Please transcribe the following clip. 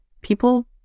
people